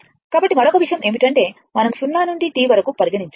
కాబట్టి మరొక విషయం ఏమిటంటే మనం 0 నుండి T వరకు పరిగణించాలి